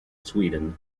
sweden